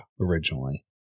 originally